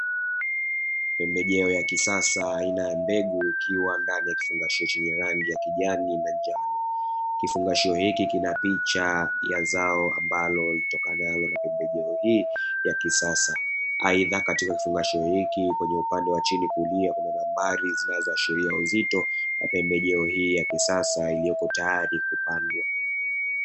Pembejeo ya kisasa aina ya mbegu ikiwa ndani ya kifungashio chenye rangi ya kijani na njano. Kifungashio hiki kina picha ya zao ambalo litokanalo na pembejeo hii ya kisasa. Aidha katika kifungashio hiki kwenye upande wa chini kulia kuna nambari zinazoashiria uzito wa pembejeo hii ya kisasa iliyopo tayari kwa kupandwa.